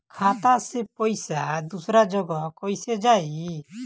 खाता से पैसा दूसर जगह कईसे जाई?